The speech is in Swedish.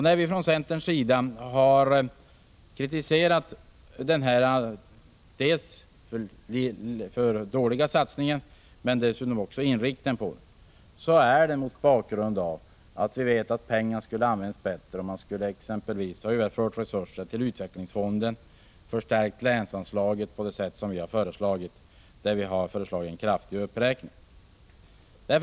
När vi från centerns sida har kritiserat dels den för dåliga satsningen, dels själva inriktningen av satsningen, har det skett mot bakgrund av att vi vet att pengarna kunde ha använts bättre. Man kunde exempelvis ha överfört resurser till utvecklingsfonden och förstärkt länsanslaget, som vi föreslagit — vi har föreslagit en kraftig uppräkning.